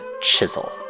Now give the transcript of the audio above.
chisel